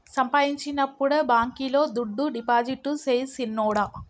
సంపాయించినప్పుడే బాంకీలో దుడ్డు డిపాజిట్టు సెయ్ సిన్నోడా